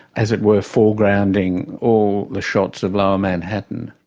as it were, foregrounding all the shots of lower manhattan.